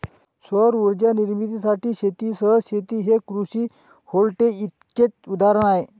सौर उर्जा निर्मितीसाठी शेतीसह शेती हे कृषी व्होल्टेईकचे उदाहरण आहे